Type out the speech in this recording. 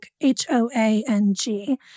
H-O-A-N-G